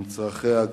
עם צרכיה.